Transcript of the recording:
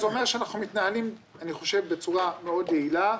שאנחנו מתנהלים בצורה מאוד יעילה,